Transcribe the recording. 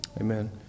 Amen